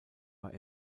war